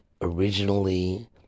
originally